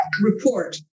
report